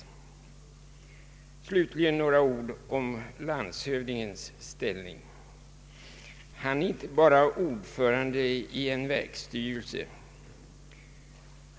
Slutligen några ord om landshövdingens ställning. Landshövdingen är inte bara ordförande i en verksstyrelse.